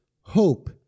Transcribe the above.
hope